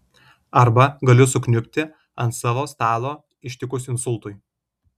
arba galiu sukniubti ant savo stalo ištikus insultui